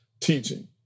teaching